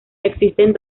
existen